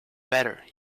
better